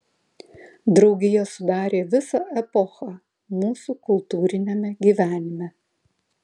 draugija sudarė visą epochą mūsų kultūriniame gyvenime